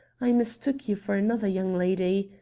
i mistook you for another young lady,